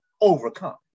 overcome